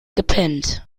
gepennt